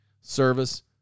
service